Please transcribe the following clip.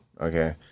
okay